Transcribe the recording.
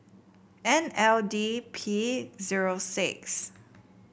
N L D P zero six